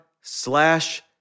slash